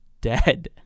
dead